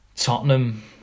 Tottenham